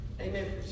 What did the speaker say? Amen